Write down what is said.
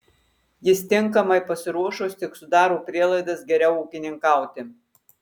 jis tinkamai pasiruošus tik sudaro prielaidas geriau ūkininkauti